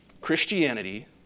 Christianity